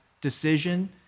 decision